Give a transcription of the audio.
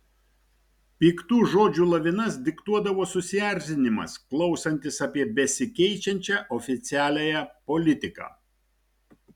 piktų žodžių lavinas diktuodavo susierzinimas klausantis apie besikeičiančią oficialiąją politiką